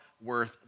worth